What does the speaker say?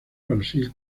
brasil